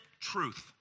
Truth